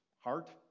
heart